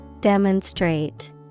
Demonstrate